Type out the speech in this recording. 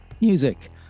music